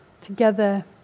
together